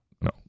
no